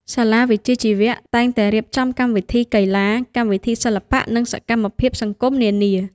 សាលាវិជ្ជាជីវៈតែងតែរៀបចំកម្មវិធីកីឡា កម្មវិធីសិល្បៈ និងសកម្មភាពសង្គមនានា។